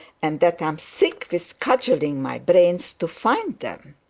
and that i am sick with cudgelling my brains to find them?